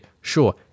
Sure